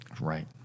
Right